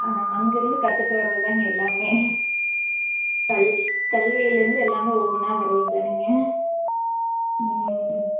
ஆ அங்கே இருந்து கற்றுட்டு வர்றதுதாங்க எல்லாமே பள்ளி கல்வியில் இருந்து எல்லாமே ஒவ்வொன்றா வர்றது தான்ங்க ம் ம்